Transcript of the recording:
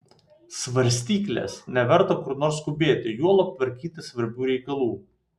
svarstyklės neverta kur nors skubėti juolab tvarkyti svarbių reikalų